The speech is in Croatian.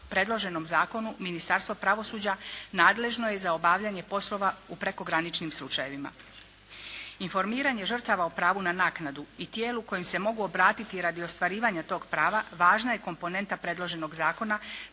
predloženom zakonu Ministarstvo pravosuđa nadležno je za obavljanje poslova u prekograničnim slučajevima. Informiranje žrtava o pravu na naknadu i tijelu kojem se mogu obratiti radi ostvarivanja tog prava važna je komponenta predloženog zakona